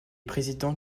président